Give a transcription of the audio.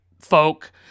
folk